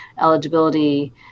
eligibility